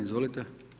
Izvolite.